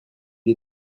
est